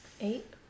Eight